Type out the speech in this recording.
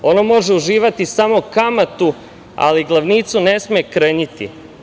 Ono može uživati samo kamatu, ali glavnicu ne sme krnjiti.